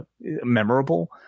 memorable